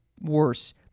worse